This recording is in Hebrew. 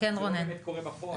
כן רונן.